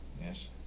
yes